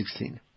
2016